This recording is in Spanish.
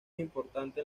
importante